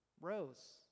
rose